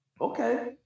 Okay